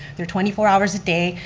they're twenty four hours a day,